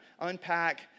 unpack